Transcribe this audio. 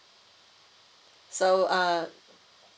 so uh